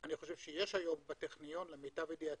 אני חושב שיש היום בטכניון - למיטב ידיעתי,